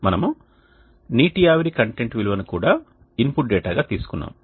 మనము నీటి ఆవిరి కంటెంట్ విలువను కూడా ఇన్పుట్ డేటాగా తీసుకున్నాము